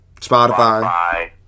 Spotify